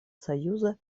союза